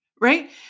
right